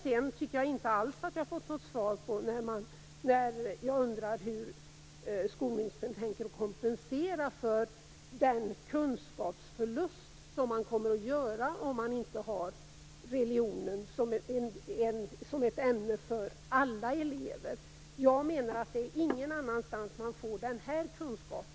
Jag har inte alls fått något svar på min fråga om hur skolministern tänker kompensera för den kunskapsförlust vi kommer att göra om religionskunskap inte är ett ämne för alla elever. Det är ingen annanstans som man får denna kunskap.